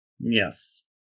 Yes